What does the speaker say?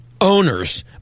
owners